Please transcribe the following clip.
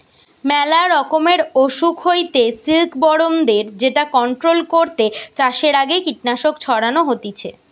মেলা রকমের অসুখ হইতে সিল্কবরমদের যেটা কন্ট্রোল করতে চাষের আগে কীটনাশক ছড়ানো হতিছে